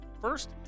First